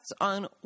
on